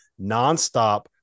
nonstop